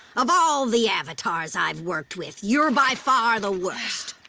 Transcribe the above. of all the avatars i've worked with, you're by far the worst.